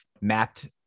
mapped